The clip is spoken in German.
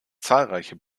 zahlreiche